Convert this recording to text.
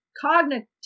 cognitive